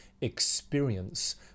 experience